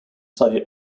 sully